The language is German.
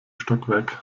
stockwerk